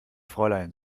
fräulein